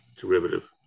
Derivative